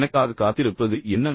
அங்கே எனக்காகக் காத்திருப்பது என்ன